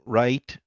right